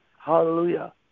hallelujah